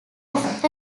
off